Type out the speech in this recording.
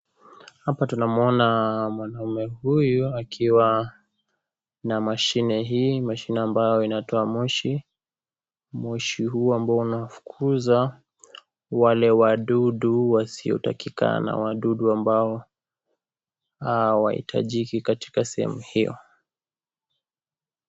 Hapa tunamwona mwanaume huyu akiwa na mashine hii mashine ambayo inatoa moshi mboshi huu ambao unaofukuza wale wadudu wasiotakikana wadudu ambao hawahitajiki katika sehemu hiyo.